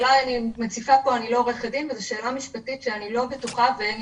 אני לא עורכת דין וזו שאלה משפטית ואני לא יודעת האם